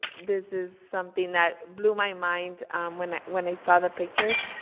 this is something that blew my mind when when i saw the pictures,